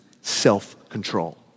self-control